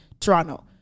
Toronto